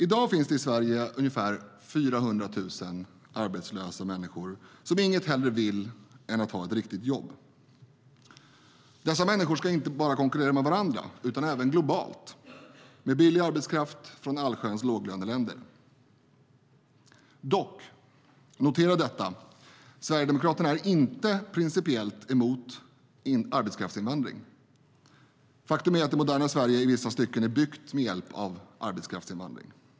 I dag finns det i Sverige ungefär 400 000 arbetslösa människor som inget hellre vill än att ha ett riktigt jobb. Dessa människor ska inte bara konkurrera med varandra utan även globalt med billig arbetskraft från allsköns låglöneländer. Dock - notera detta - är Sverigedemokraterna inte principiellt emot arbetskraftsinvandring. Faktum är att det moderna Sverige i vissa stycken är byggt med hjälp av arbetskraftsinvandring.